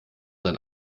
sein